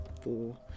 Four